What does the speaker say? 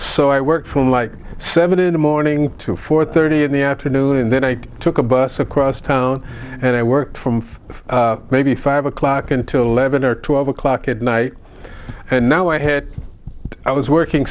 so i worked from like seven in the morning to four thirty in the afternoon then i took a bus across town and i worked from maybe five o'clock until eleven or twelve o'clock at night and now i had i was working